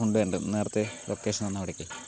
കൊണ്ടുവരേണ്ടത് നേരത്തേ ലൊക്കേഷൻ തന്ന അവിടേക്ക്